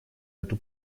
эту